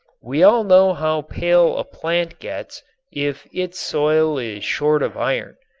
we all know how pale a plant gets if its soil is short of iron.